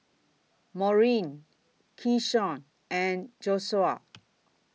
Maurine Keshawn and Joshuah